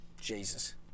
Jesus